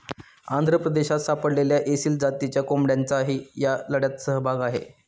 आंध्र प्रदेशात सापडलेल्या एसील जातीच्या कोंबड्यांचाही या लढ्यात सहभाग आहे